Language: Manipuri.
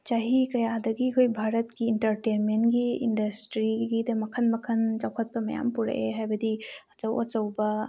ꯆꯍꯤ ꯀꯌꯥꯗꯒꯤ ꯑꯩꯈꯣꯏ ꯚꯥꯔꯠꯀꯤ ꯏꯟꯇꯔꯇꯦꯟꯃꯦꯟꯒꯤ ꯏꯟꯗꯁꯇ꯭ꯔꯤꯒꯤꯗ ꯃꯈꯜ ꯃꯈꯜ ꯆꯥꯎꯈꯠꯄ ꯃꯌꯥꯝ ꯄꯨꯔꯛꯑꯦ ꯍꯥꯏꯕꯗꯤ ꯑꯆꯧ ꯑꯆꯧꯕ